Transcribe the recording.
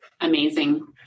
Amazing